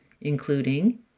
including